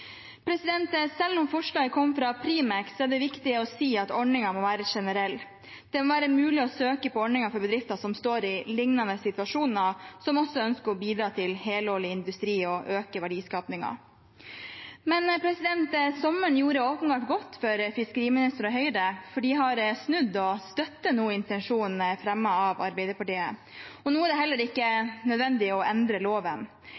Selv om forslaget kom fra Primex, er det viktig å si at ordningen må være generell. Det må være mulig å søke på ordningen for bedrifter som står i lignende situasjoner, og som også ønsker å bidra til helårlig industri og øke verdiskapingen. Sommeren gjorde åpenbart godt for fiskeriministeren og Høyre, for de har snudd og støtter nå intensjonene i forslaget fremmet av Arbeiderpartiet. Nå er det heller ikke nødvendig å endre loven.